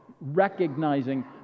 recognizing